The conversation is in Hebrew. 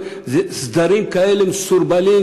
סדרים כאלה מסורבלים,